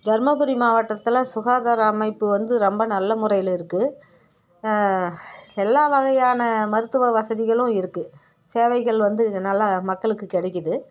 தர்மபுரி மாவட்டத்தில் சுகாதார அமைப்பு வந்து ரொம்ப நல்ல முறையில் இருக்குது எல்லா வகையான மருத்துவ வசதிகளும் இருக்குது சேவைகள் வந்து இங்கே நல்லா மக்களுக்கு கிடைக்கிது